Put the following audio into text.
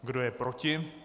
Kdo je proti?